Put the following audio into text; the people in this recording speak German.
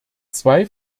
zwei